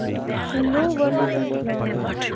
hello وعیکُم سَلام